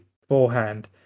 beforehand